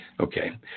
Okay